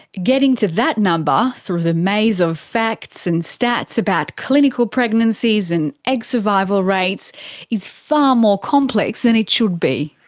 getting to that number through the maze of facts and stats about clinical pregnancies and egg survival rates is far more complex that and it should be.